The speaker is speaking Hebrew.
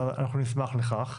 אנחנו נשמח לכך.